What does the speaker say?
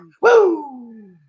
Woo